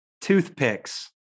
Toothpicks